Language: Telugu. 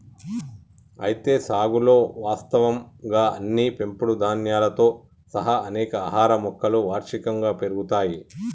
అయితే సాగులో వాస్తవంగా అన్ని పెంపుడు ధాన్యాలతో సహా అనేక ఆహార మొక్కలు వార్షికంగా పెరుగుతాయి